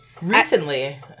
Recently